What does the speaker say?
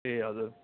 ए हजुर